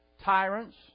tyrants